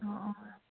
অঁ অঁ